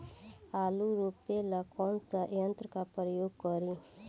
आलू रोपे ला कौन सा यंत्र का प्रयोग करी?